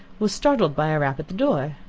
was startled by a rap at the door.